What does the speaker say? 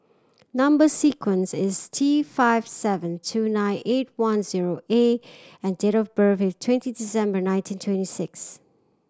number sequence is T five seven two nine eight one zero A and date of birth is twenty December nineteen twenty six